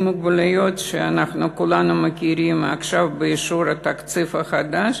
עם המוגבלויות שאנחנו כולנו מכירים עכשיו באישור התקציב החדש,